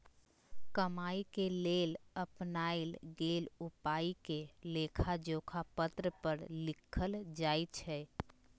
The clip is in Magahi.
कमाए के लेल अपनाएल गेल उपायके लेखाजोखा पत्र पर लिखल जाइ छइ